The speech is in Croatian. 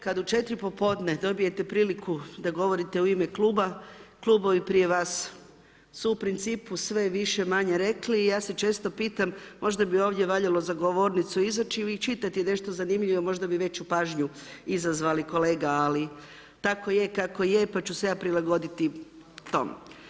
Kada u 4 popodne dobijete priliku da govorite u ime kluba, klubovi prije vas su u principu sve više-manje rekli i ja se često pitam, možda bi ovdje valjalo za govornicu izaći i čitati nešto zanimljivo, možda bi veću pažnju izazvali kolega ali tako je kako je, pa ću se ja prilagoditi tom.